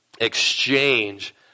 exchange